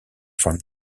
from